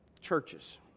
churches